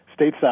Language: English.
stateside